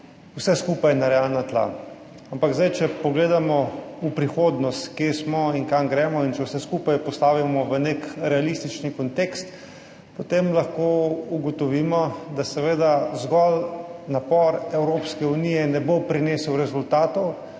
vse skupaj na realna tla. Ampak če zdaj pogledamo v prihodnost, kje smo in kam gremo, in če vse skupaj postavimo v nek realistični kontekst, potem lahko ugotovimo, da seveda zgolj napor Evropske unije ne bo prinesel rezultatov,